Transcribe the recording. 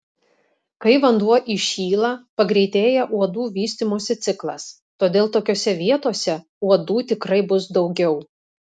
kai vanduo įšyla pagreitėja uodų vystymosi ciklas todėl tokiose vietose uodų tikrai bus daugiau